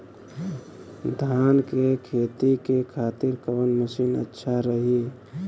धान के खेती के खातिर कवन मशीन अच्छा रही?